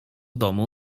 domu